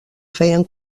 feien